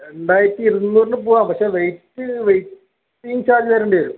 രണ്ടായിരത്തി ഇരുന്നൂറിന് പോവാം പക്ഷെ വെയിറ്റ് വെയിറ്റിംഗ് ചാർജ് തരേണ്ടി വരും